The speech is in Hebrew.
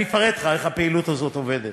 אני אפרט לך איך הפעילות הזאת עובדת: